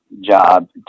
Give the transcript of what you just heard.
job